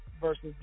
versus